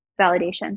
validation